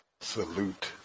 Salute